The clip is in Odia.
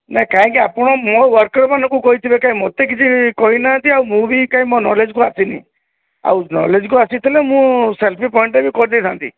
ନାହିଁ କାହିଁକି ଆପଣ ମୁଁ ମୋର ୱାର୍କର୍ମାନଙ୍କୁ କହିଥିଲେ କାଇଁ ମୋତେ କିଛି କହି ନାହାନ୍ତି ଆଉ ମୁଁ ବି କାଇଁ ମୋ ନଲେଜ୍କୁ ଆସିନି ଆଉ ନଲେଜକୁ ଆସିଥିଲେ ମୁଁ ସେଲଫି ପଏଣ୍ଟ୍ଟ ବି କରିଦେଇଥାନ୍ତି